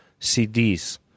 CDs